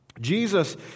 Jesus